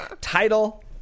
title